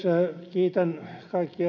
kiitän kaikkia